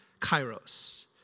kairos